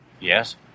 Yes